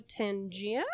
Tangia